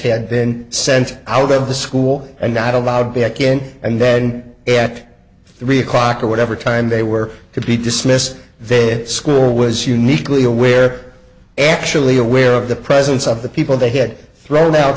had then sent out of the school and not allowed back in and then at three o'clock or whatever time they were to be dismissed their school was uniquely aware actually aware of the presence of the people they hit thrown out